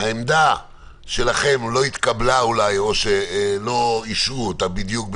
העמדה שלכם לא התקבלה אולי או שלא אישרו אותה בדיוק במלואה,